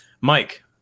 Mike